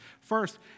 First